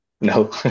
No